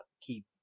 keep